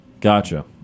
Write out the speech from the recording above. Gotcha